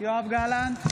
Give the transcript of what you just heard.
יואב גלנט,